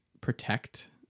protect